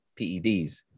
PEDs